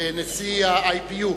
נשיא ה-IPU .